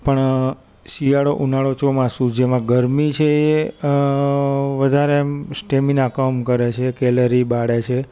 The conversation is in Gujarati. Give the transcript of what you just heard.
પણ શિયાળો ઉનાળો ચોમાસું જેમાં ગરમી છે એ વધારે એમ સ્ટેમિના કમ કરે છે કેલેરી બાળે છે